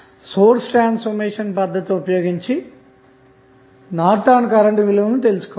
source transformation పద్ధతిని ఉపయోగించి Norton current విలువలను తెలుసుకోవచ్చు